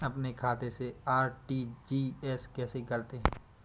अपने खाते से आर.टी.जी.एस कैसे करते हैं?